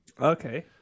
Okay